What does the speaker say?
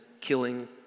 killing